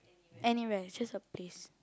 anywhere just a place